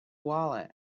wallet